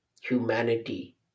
humanity